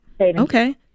Okay